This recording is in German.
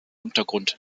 untergrund